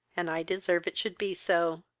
and i deserve it should be so.